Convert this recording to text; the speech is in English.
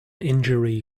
injury